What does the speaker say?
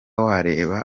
wareba